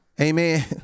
Amen